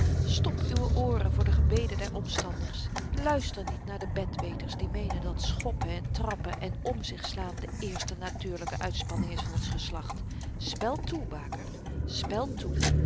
stop uwe ooren voor de gebeden der omstanders luister niet naar de betweters die meenen dat schoppen en trappen en m zich slaan de eerste natuurlyke uitspanning is van ons geslacht speld toe baker speld toe